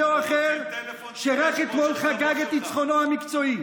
או אחר שרק אתמול חגג את ניצחונו המקצועי?